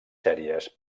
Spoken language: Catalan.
sèries